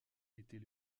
était